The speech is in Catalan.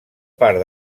part